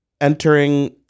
entering